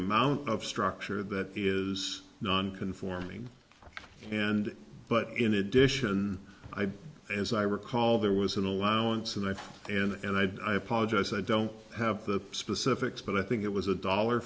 amount of structure that is non conforming and but in addition i as i recall there was an allowance and i and i apologize i don't have the specifics but i think it was a dollar